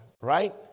right